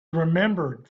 remembered